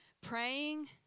praying